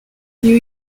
new